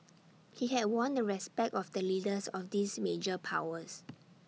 he had won the respect of the leaders of these major powers